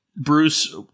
Bruce